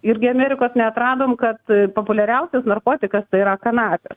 irgi amerikos neatradom kad populiariausias narkotikas tai yra kanapės